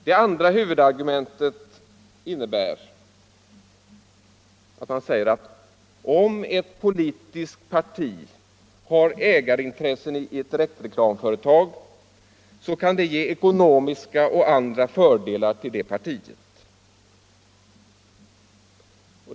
Det andra huvudargumentet innebär att man säger: Om ett politiskt parti har ägarintressen i ett direktreklamföretag kan det ge ekonomiska och andra fördelar till det partiet.